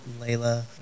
Layla